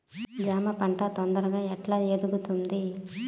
జామ పంట తొందరగా ఎట్లా ఎదుగుతుంది?